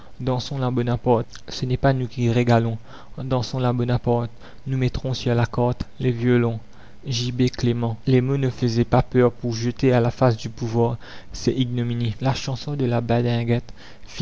dansons la bonaparte ce n'est pas nous qui régalons dansons la bonaparte nous mettrons sur la carte les violons les mots ne faisaient pas peur pour jeter à la face du pouvoir ses ignominies la chanson de la